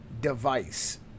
device